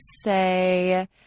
say